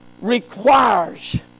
requires